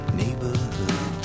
neighborhood